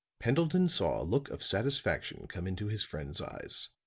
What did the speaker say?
pendleton saw a look of satisfaction come into his friend's eyes.